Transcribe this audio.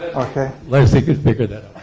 okay. leslie could figure that